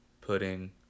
pudding